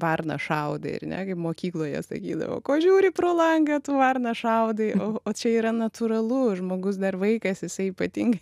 varnas šaudai ar ne kaip mokykloje sakydavo ko žiūri pro langą tu varnas šaudai o o čia yra natūralu žmogus dar vaikas jisai ypatingai